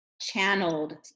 channeled